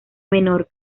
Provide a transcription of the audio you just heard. menor